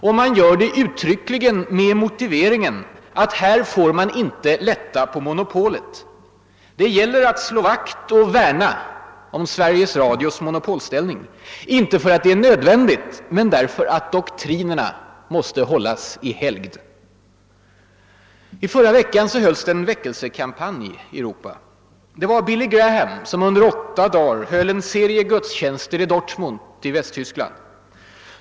Och man gör det uttryckligen med motiveringen att här får man inte lätta på monopolet. Det gäller att slå vakt och värna om Sveriges Radios monopolställning — inte därför att det är nödvändigt men därför att doktrinerna måste hållas i helgd. I förra veckan hölls det en väckelsekampanj i Europa. Det var Billy Graham som under åtta dagar höll en serie gudstjänster i Dortmund i Västtyskland.